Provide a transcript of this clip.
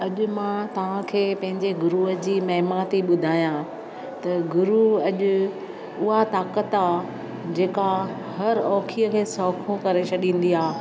अॼु मां तव्हां खे पंहिंजे गुरुअ जी महिमा थी ॿुधायां त गुरु अॼु उहा ताक़त आहे जेका हर औखीअ खे सौखो करे छॾींदी आहे